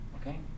okay